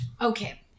Okay